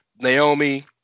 Naomi